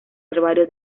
herbario